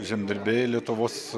žemdirbiai lietuvos